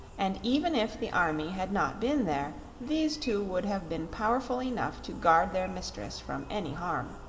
and even if the army had not been there these two would have been powerful enough to guard their mistress from any harm.